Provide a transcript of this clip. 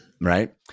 right